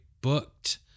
booked